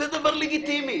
זה דבר לגיטימי.